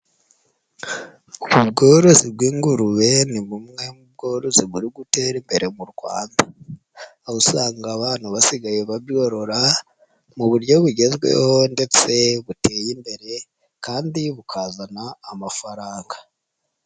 Ubworozi bw'ingurube ni bumwe mu bworozi buri gutera imbere mu Rwanda aho usanga abantu basigaye babworora mu buryo bugezweho ndetse buteye imbere kandi bukazana amafaranga.